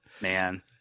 man